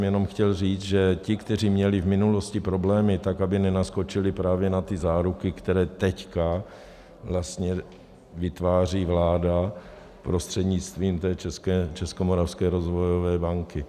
Jenom jsem chtěl říct, že ti, kteří měli v minulosti problémy, tak aby nenaskočili právě na ty záruky, které teď vlastně vytváří vláda prostřednictvím Českomoravské rozvojové banky.